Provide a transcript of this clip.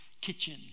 Kitchen